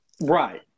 right